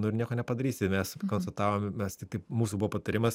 nu ir nieko nepadarysi mes konstatavom mes tiktai mūsų buvo patarimas